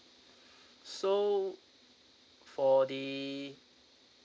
so for the